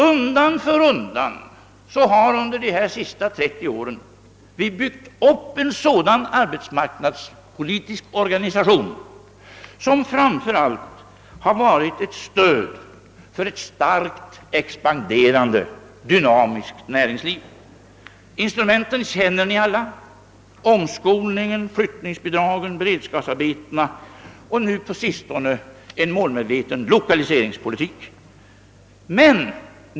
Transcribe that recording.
Undan för undan har vi under de senaste trettio åren byggt upp en arbetsmarknadspolitisk organisation som har varit ett stöd för ett starkt expanderande, dynamiskt näringsliv. Instrumenten känner ni alla: omskolningen, flyttningsbidragen, beredskapsarbetena och nu på sistone en målmedveten lokaliseringspolitik.